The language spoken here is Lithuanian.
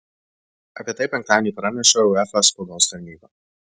apie tai penktadienį praneša uefa spaudos tarnyba